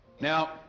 now